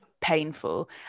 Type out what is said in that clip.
painful